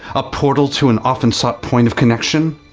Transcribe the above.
a portal to an often-sought point of connection,